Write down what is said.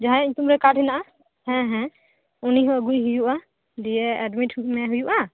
ᱡᱟᱸᱦᱟᱭᱟᱜ ᱧᱩᱛᱩᱢ ᱨᱮ ᱠᱟᱨᱰ ᱢᱮᱱᱟᱜᱼᱟ ᱦᱮᱸ ᱦᱮᱸ ᱩᱱᱤ ᱦᱚᱸ ᱟᱹᱜᱩᱭ ᱦᱩᱭᱩᱜᱼᱟ ᱫᱤᱭᱟ ᱮᱰᱢᱤᱴ ᱢᱮ ᱦᱩᱭᱩᱜᱼᱟ